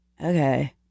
okay